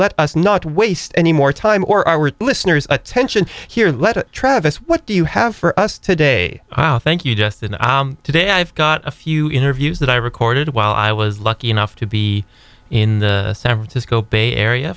let us not waste any more time or our listeners attention here let travis what do you have for us today how thank you justin today i've got a few interviews that i recorded while i was lucky enough to be in san francisco bay area